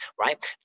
right